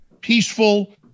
peaceful